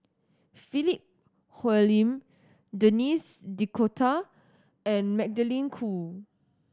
Philip Hoalim Denis D'Cotta and Magdalene Khoo